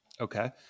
Okay